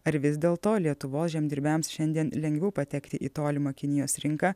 ar vis dėlto lietuvos žemdirbiams šiandien lengviau patekti į tolimą kinijos rinką